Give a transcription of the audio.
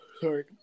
Sorry